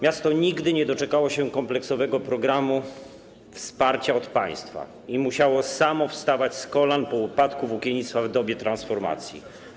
Miasto nigdy nie doczekało się kompleksowego programu wsparcia od państwa i musiało samo wstawać z kolan po upadku włókiennictwa w dobie transformacji.